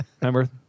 Remember